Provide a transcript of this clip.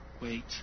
Wait